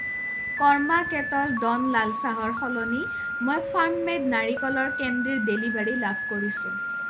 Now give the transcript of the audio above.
কৰ্মা Kettle ড'ন লাল চাহৰ সলনি মই ফাৰ্ম মেড নাৰিকলৰ কেণ্ডিৰ ডেলিভাৰী লাভ কৰিছোঁ